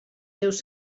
seus